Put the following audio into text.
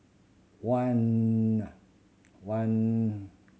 one one